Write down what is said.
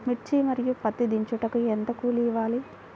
మిర్చి మరియు పత్తి దించుటకు ఎంత కూలి ఇవ్వాలి?